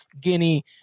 guinea